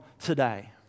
today